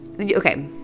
okay